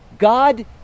God